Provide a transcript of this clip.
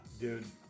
Dude